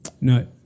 No